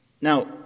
Now